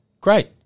Great